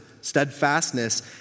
steadfastness